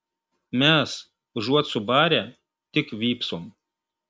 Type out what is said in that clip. mes užuot subarę tik vypsom